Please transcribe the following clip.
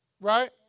Right